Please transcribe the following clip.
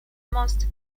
most